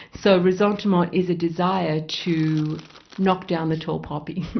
so resentiment is a desire to knock down the tall poppy,